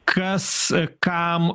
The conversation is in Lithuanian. kas kam